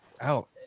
Out